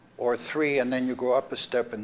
or three, and then you'll go up a step, and